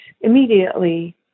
immediately